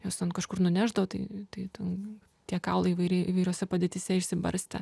juos ten kažkur nunešdavo tai tai ten tie kaulai įvairiai įvairiose padėtyse išsibarstę